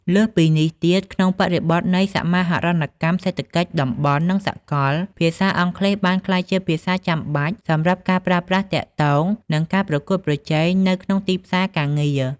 លើសពីនេះទៀត ក្នុងបរិបទនៃ សមាហរណកម្មសេដ្ឋកិច្ចតំបន់ និងសកល ភាសាអង់គ្លេសបានក្លាយជាភាសាចាំបាច់សម្រាប់ការប្រាស្រ័យទាក់ទង និងការប្រកួតប្រជែងនៅក្នុងទីផ្សារការងារ។